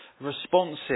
responsive